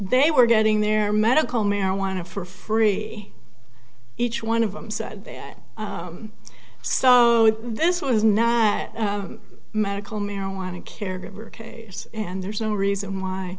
they were getting their medical marijuana for free each one of them said that so this was not a medical marijuana caregiver case and there's no reason why